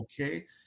okay